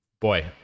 Boy